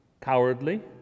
cowardly